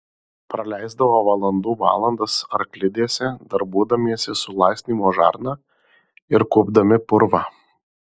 praleisdavo valandų valandas arklidėse darbuodamiesi su laistymo žarna ir kuopdami purvą